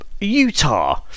Utah